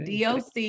doc